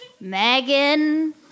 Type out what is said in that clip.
Megan